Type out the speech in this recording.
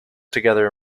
together